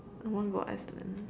I want go Iceland